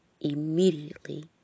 immediately